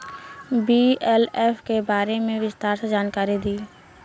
BLF के बारे में विस्तार से जानकारी दी?